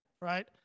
right